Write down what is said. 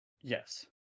Yes